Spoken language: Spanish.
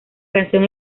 canción